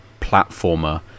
platformer